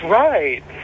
right